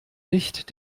nicht